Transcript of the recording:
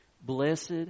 Blessed